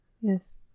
yes